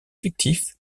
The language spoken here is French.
fictifs